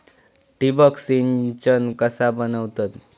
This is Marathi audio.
ठिबक सिंचन कसा बनवतत?